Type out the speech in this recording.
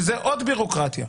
שזה עוד בירוקרטיה,